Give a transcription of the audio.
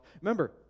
Remember